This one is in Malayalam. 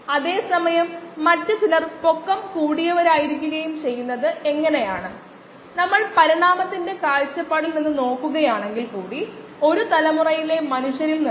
സ്ഥിരമായ നല്ല പരിശ്രമത്തിലൂടെ നമുക്ക് പ്രശ്നങ്ങൾ പരിഹരിക്കാൻ കഴിയുമെന്ന് എനിക്ക് ഉറപ്പുണ്ട്